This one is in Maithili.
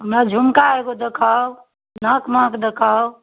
हमरा झुमका एगो देखाउ नाक महक देखाउ